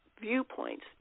viewpoints